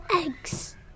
eggs